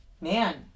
Man